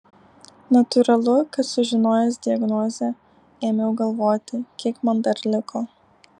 natūralu kad sužinojęs diagnozę ėmiau galvoti kiek man dar liko